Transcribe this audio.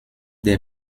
der